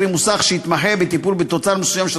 קרי מוסך שיתמחה בטיפול בתוצר מסוים של